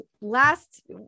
last